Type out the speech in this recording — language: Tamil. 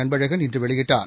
அன்பழகன் இன்று வெளியிட்டார்